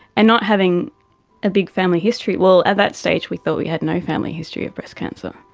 and not having a big family history, well, at that stage we thought we had no family history of breast cancer.